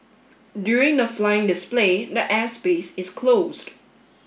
during the flying display the air space is closed